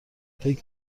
فکر